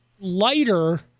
lighter